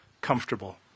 comfortable